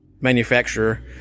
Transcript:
manufacturer